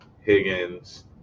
Higgins